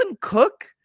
Cook